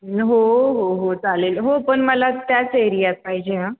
हो हो हो हो चालेल हो पण मला त्याच एरियात पाहिजे हां